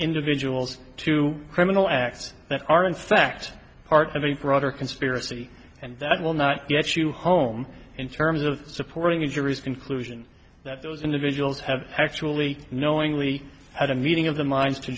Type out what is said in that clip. individuals to criminal acts that are in fact part of a broader conspiracy and that will not get you home in terms of supporting injuries conclusion that those individuals have actually knowingly had a meeting of the minds to